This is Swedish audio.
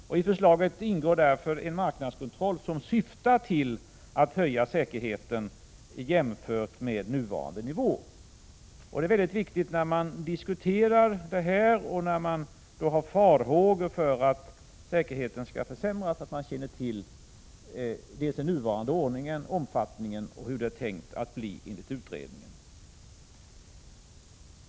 I utredningsförslaget ingår därför en marknadskontroll, som syftar till att öka säkerheten jämfört med nuvarande nivå. När man diskuterar denna fråga och hyser farhågor för att säkerheten skall försvagas, är det viktigt att känna till den nuvarande ordningen och omfattningen i fråga om kontrollen samt hur den är tänkt att bli enligt utredningen.